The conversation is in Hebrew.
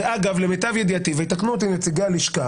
ואגב, למיטב ידיעתי ויתקנו אותי נציגי הלשכה